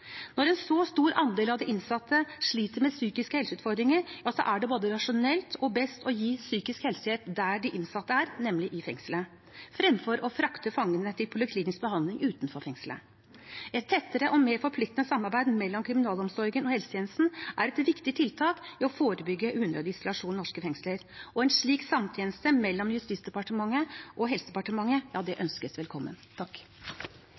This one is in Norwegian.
Når en så stor andel av de innsatte sliter med psykiske helseutfordringer, er det både rasjonelt og best å gi psykisk helsehjelp der de innsatte er, nemlig i fengslet, fremfor å frakte fangene til poliklinisk behandling utenfor fengslet. Et tettere og mer forpliktende samarbeid mellom kriminalomsorgen og helsetjenesten er et viktig tiltak for å forebygge unødig isolasjon i norske fengsler, og en slik samtjeneste mellom Justisdepartementet og Helsedepartementet